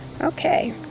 Okay